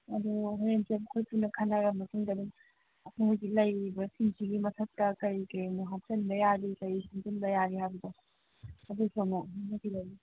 ꯑꯗꯣ ꯍꯣꯔꯦꯟꯁꯦ ꯑꯩꯈꯣꯏ ꯄꯨꯟꯅ ꯈꯟꯅꯔ ꯃꯇꯨꯡꯗ ꯑꯗꯨꯝ ꯃꯣꯏꯒꯤ ꯂꯩꯔꯤꯕꯁꯤꯡꯁꯤꯒꯤ ꯃꯊꯛꯇ ꯀꯔꯤ ꯀꯔꯤꯅꯣ ꯍꯥꯞꯆꯤꯟꯕ ꯌꯥꯔꯤ ꯀꯔꯤ ꯁꯪꯖꯟꯕ ꯌꯥꯅꯤ ꯍꯥꯏꯕꯗꯣ ꯑꯗꯨꯁꯨ ꯑꯃꯨꯛ